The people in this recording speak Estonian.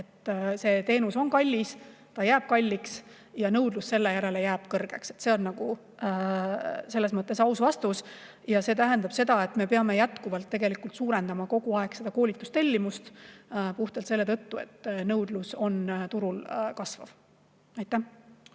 See teenus on kallis, ta jääb kalliks ja nõudlus selle järele jääb kõrgeks. See on selles mõttes aus vastus. See tähendab seda, et me peame jätkuvalt suurendama koolitustellimust puhtalt selle tõttu, et nõudlus turul kasvab. Aitäh!